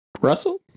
Russell